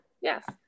Yes